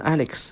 Alex